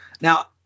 Now